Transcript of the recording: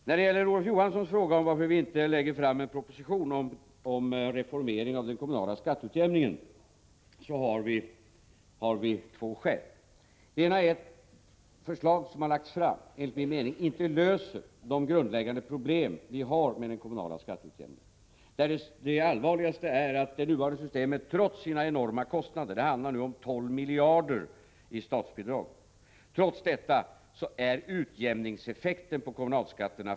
Med anledning av Olof Johanssons fråga varför vi inte lägger fram en proposition om reformering av den kommunala skatteutjämningen vill jag säga att vi har två skäl för detta. Det ena är att de förslag som har lagts fram enligt min mening inte löser de grundläggande problem som vi har med den kommunala skatteutjämningen. Det allvarligaste är att det nuvarande systemet trots sina enorma kostnader — det handlar nu om 12 miljarder i statsbidrag — fortfarande har en mycket liten utjämningseffekt på kommunalskatterna.